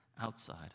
outside